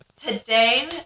Today